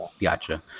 Gotcha